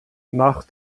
nach